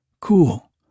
Cool